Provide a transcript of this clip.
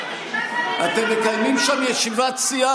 אתם מקיימים שם ישיבת סיעה.